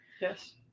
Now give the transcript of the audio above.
yes